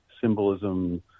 symbolism